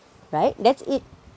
right that's it